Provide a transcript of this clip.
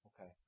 Okay